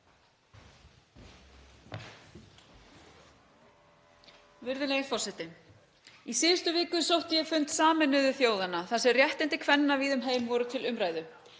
Virðulegi forseti. Í síðustu viku sótti ég fund Sameinuðu þjóðanna þar sem réttindi kvenna víða um heim voru til umræðu.